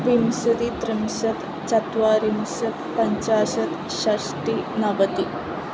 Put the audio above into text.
विंशतिः त्रिंशत् चत्वारिंशत् पञ्चाशत् षष्टिः नवतिः